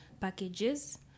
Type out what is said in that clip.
packages